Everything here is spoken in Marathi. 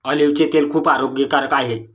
ऑलिव्हचे तेल खूप आरोग्यकारक आहे